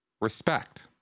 respect